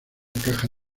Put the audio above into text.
caja